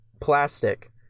Plastic